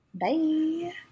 Bye